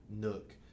nook